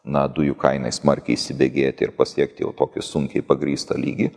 na dujų kainai smarkiai įsibėgėti ir pasiekti tokį sunkiai pagrįstą lygį